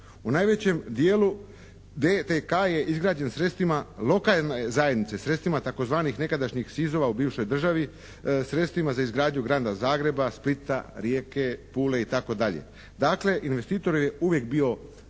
U najvećem dijelu DTK je izgrađen sredstvima lokalne zajednice, sredstvima tzv. nekadašnjih SIZ-ova u bivšoj državi, sredstvima za izgradnju Grada Zagreba, Splita, Rijeke, Pule itd. Dakle, investitor je uvijek bio